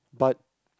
but